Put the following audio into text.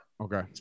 okay